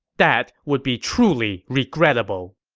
that would be truly regrettable.